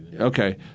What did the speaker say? Okay